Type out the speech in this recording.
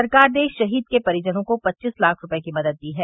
सरकार ने शहीद के परिजनों को पच्चीस लाख रूपये की मदद दी है